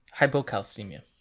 Hypocalcemia